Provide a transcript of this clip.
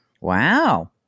Wow